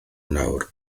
nawr